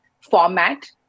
format